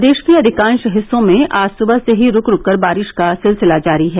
प्रदेश के अधिकांश हिस्सों में आज सुबह से ही रूक रूककर बारिष का सिलसिला जारी है